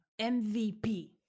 MVP